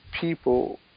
people